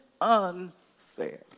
unfair